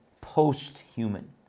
post-human